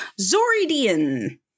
Zoridian